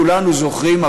כולנו זוכרים,